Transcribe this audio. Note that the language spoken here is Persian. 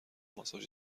ماساژ